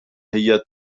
هیات